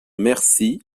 merci